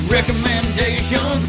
Recommendation